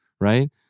right